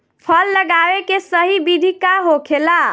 फल लगावे के सही विधि का होखेला?